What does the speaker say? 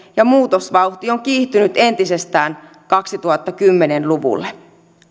ja muutosvauhti on kiihtynyt entisestään kaksituhattakymmenen luvulle